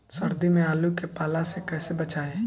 सर्दी में आलू के पाला से कैसे बचावें?